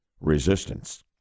resistance